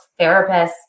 therapists